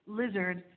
lizard